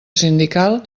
sindical